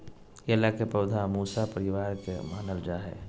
केला के पौधा मूसा परिवार के मानल जा हई